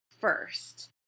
first